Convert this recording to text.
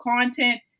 content